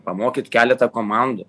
pamokyt keleta komandų